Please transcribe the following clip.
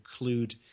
include